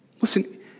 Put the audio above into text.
Listen